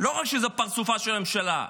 רק שזה פרצופה של הממשלה,